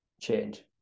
change